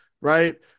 right